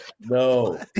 no